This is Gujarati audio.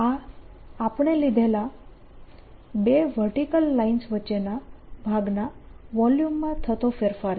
આ આપણે લીધેલા બે વર્ટીકલ લાઇન્સ વચ્ચેના ભાગના વોલ્યુમમાં થતો ફેરફાર છે